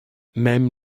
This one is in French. même